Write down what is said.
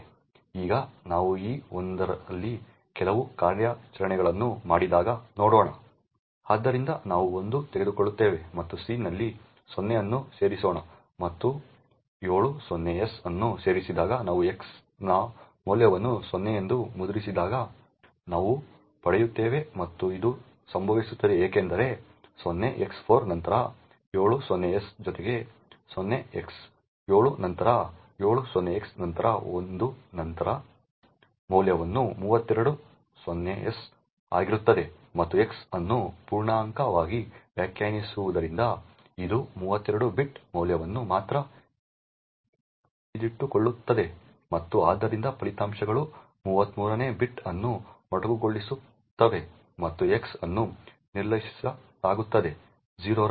ಈಗ ನಾವು ಈ l ನಲ್ಲಿ ಕೆಲವು ಕಾರ್ಯಾಚರಣೆಗಳನ್ನು ಮಾಡಿದಾಗ ನೋಡೋಣ ಆದ್ದರಿಂದ ನಾವು l ತೆಗೆದುಕೊಳ್ಳುತ್ತೇವೆ ಮತ್ತು c ನಲ್ಲಿ 0 ಅನ್ನು ಸೇರಿಸೋಣ ಮತ್ತು 7 0s ಅನ್ನು ಸೇರಿಸಿದಾಗ ನಾವು x ನ ಮೌಲ್ಯವನ್ನು 0 ಎಂದು ಮುದ್ರಿಸಿದಾಗ ನಾವು ಪಡೆಯುತ್ತೇವೆ ಮತ್ತು ಇದು ಸಂಭವಿಸುತ್ತದೆ ಏಕೆಂದರೆ 0x4 ನಂತರ 7 0s ಜೊತೆಗೆ 0x7 ನಂತರ 7 0s ನಂತರ 1 ರ ಮೌಲ್ಯವನ್ನು 32 0s ಆಗಿರುತ್ತದೆ ಮತ್ತು x ಅನ್ನು ಪೂರ್ಣಾಂಕವಾಗಿ ವ್ಯಾಖ್ಯಾನಿಸಿರುವುದರಿಂದ ಅದು 32 ಬಿಟ್ ಮೌಲ್ಯವನ್ನು ಮಾತ್ರ ಹಿಡಿದಿಟ್ಟುಕೊಳ್ಳುತ್ತದೆ ಮತ್ತು ಆದ್ದರಿಂದ ಫಲಿತಾಂಶಗಳು 33 ನೇ ಬಿಟ್ ಅನ್ನು ಮೊಟಕುಗೊಳಿಸುತ್ತವೆ ಮತ್ತು x ಅನ್ನು ನಿರ್ಲಕ್ಷಿಸಲಾಗುತ್ತದೆ 0 ರ ಮೌಲ್ಯ